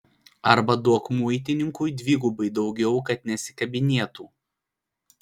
arba duok muitininkui dvigubai daugiau kad nesikabinėtų